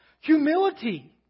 humility